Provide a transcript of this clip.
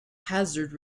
hazard